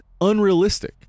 unrealistic